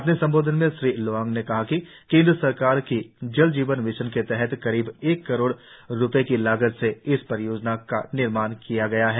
अपने संबोधन में श्री लोवांग ने कहा कि केंद्र सरकार की जल जीवन मिशन के तहत करीब एक करोड़ रूपए की लागत से इस परियोजना का निर्माण किया गया है